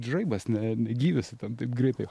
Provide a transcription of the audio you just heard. žaibas ne ne gyvis tai ten taip greitai